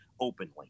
openly